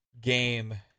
game